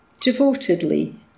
Devotedly